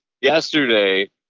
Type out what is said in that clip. yesterday